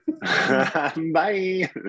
Bye